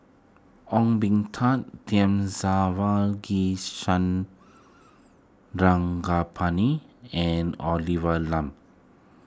Ong Tat Thamizhavel G Sarangapani and Olivia Lum